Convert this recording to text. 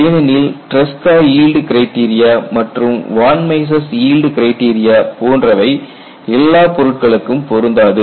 ஏனெனில் Tresca yield criteria மற்றும் von Mises yield criteria போன்றவை எல்லா பொருட்களுக்கும் பொருந்தாது